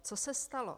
Co se stalo?